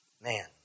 Man